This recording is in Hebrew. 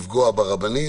לפגוע ברבנים.